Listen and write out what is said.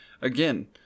again